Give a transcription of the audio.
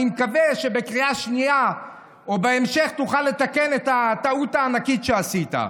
אני מקווה שבקריאה השנייה או בהמשך תוכל לתקן את הטעות הענקית שעשית.